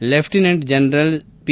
lieutenant general P